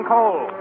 Cole